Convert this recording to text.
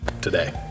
today